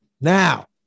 Now